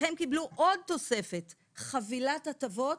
והם קיבלו עוד תוספת, חבילת הטבות